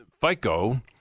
FICO